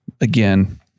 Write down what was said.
again